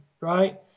right